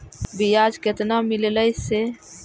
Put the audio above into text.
बियाज केतना मिललय से?